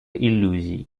иллюзий